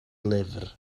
lyfr